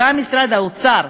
גם משרד האוצר,